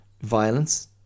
violence